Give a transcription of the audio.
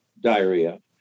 diarrhea